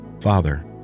Father